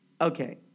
okay